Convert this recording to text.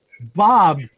Bob